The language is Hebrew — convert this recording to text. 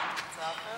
ועדה אחרת?